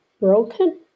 broken